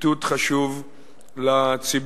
איתות חשוב לציבור.